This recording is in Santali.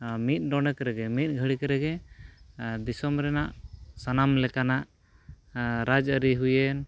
ᱢᱤᱫ ᱰᱚᱰᱮᱠ ᱨᱮᱜᱮ ᱢᱤᱫ ᱜᱷᱟᱲᱤᱠ ᱨᱮᱜᱮ ᱫᱤᱥᱚᱢ ᱨᱮᱱᱟᱜ ᱥᱟᱱᱟᱢ ᱞᱮᱠᱟᱱᱟᱜ ᱨᱟᱡᱽ ᱟᱹᱨᱤ ᱦᱩᱭᱮᱱ